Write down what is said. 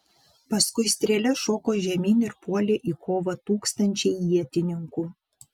paskui strėles šoko žemyn ir puolė į kovą tūkstančiai ietininkų